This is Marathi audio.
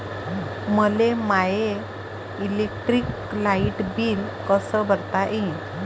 मले माय इलेक्ट्रिक लाईट बिल कस भरता येईल?